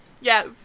Yes